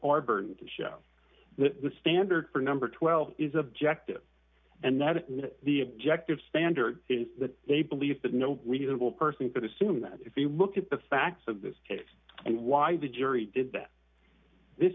our burden to show that the standard for number twelve is objective and that if the objective standard is that they believe that no reasonable person could assume that if you look at the facts of this case and why the jury did that this